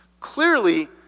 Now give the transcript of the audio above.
Clearly